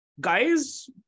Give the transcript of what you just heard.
guys